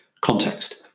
Context